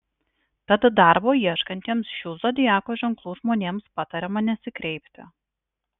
tad darbo ieškantiems šių zodiako ženklų žmonėms patariama nesikreipti